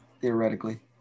Theoretically